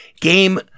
Game